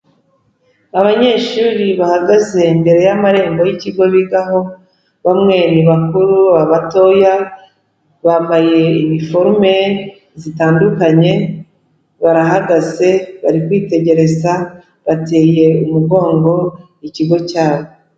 Abanyeshuri bahagaze imbere y'amarembo y'ikigo bigaho, bamwe ni bakuru, abatoya, bambaye iniforume zitandukanye, barahagaze bari kwitegereza, bateye umugongo ikigo cyabo.